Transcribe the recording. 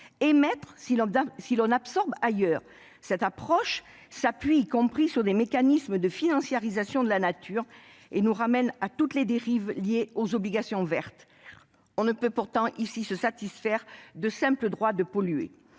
lors que l'on absorbe ailleurs. Cette approche se fonde sur des mécanismes de financiarisation de la nature et laisse cours à toutes les dérives liées aux obligations vertes. On ne peut pourtant pas se satisfaire de simples « droits de polluer